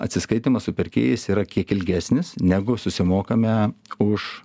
atsiskaitymas su pirkėjais yra kiek ilgesnis negu susimokame už